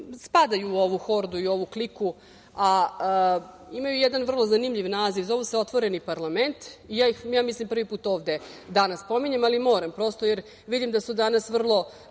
spadaju u ovu hordu i ovu kliku, a imaju jedan vrlo zanimljiv naziv, zovu se Otvoreni parlament i ja ih, ja mislim, prvi put danas ovde pominjem, ali prosto moram, jer vidim da su danas vrlo